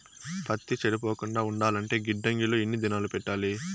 పత్తి చెడిపోకుండా ఉండాలంటే గిడ్డంగి లో ఎన్ని దినాలు పెట్టాలి?